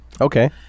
Okay